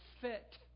fit